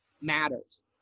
matters